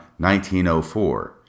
1904